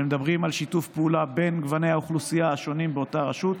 שמדברים על שיתוף פעולה בין גוני האוכלוסייה השונים באותה רשות,